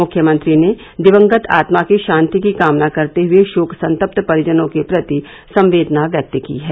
मुख्यमंत्री ने दिवंगत आत्मा की शांति की कामना करते हुए शोक संतप्त परिजनों के प्रति संवेदना व्यक्त की है